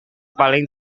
paling